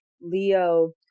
Leo